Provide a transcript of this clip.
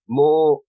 more